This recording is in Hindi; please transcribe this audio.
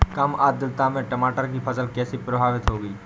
कम आर्द्रता में टमाटर की फसल कैसे प्रभावित होगी?